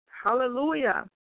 Hallelujah